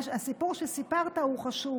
הסיפור שסיפרת הוא חשוב,